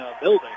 building